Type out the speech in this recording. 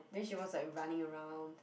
then she was like running around